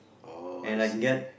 oh I see